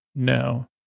no